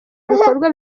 ibikorwa